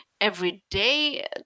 everyday